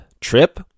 Trip